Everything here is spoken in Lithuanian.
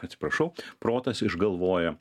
atsiprašau protas išgalvoja